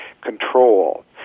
control